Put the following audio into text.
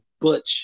butch